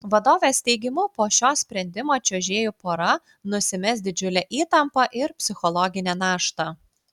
vadovės teigimu po šio sprendimo čiuožėjų pora nusimes didžiulę įtampą ir psichologinę naštą